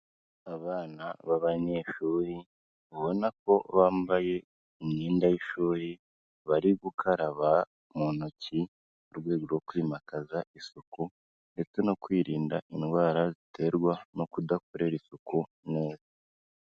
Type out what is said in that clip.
Abana b'abanyeshuri, ubona ko bambaye imyenda y'ishuri, bari gukaraba mu ntoki mu rwego rwo kwimakaza isuku ndetse no kwirinda indwara ziterwa no kudakorera isuku umubiri.